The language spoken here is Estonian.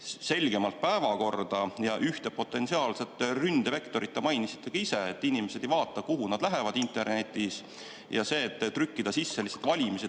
selgemalt päevakorda. Ja ühte potentsiaalset ründevektorit te mainisite ka ise: inimesed ei vaata, kuhu nad lähevad internetis. Ja see, et trükkida sisse lihtsalt valimised.ee,